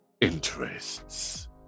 interests